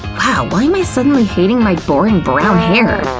wow, why am i suddenly hating my boring brown hair?